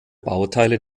bauteile